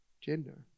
gender